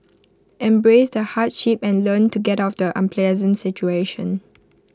embrace the hardship and learn to get out of the unpleasant situation